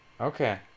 okay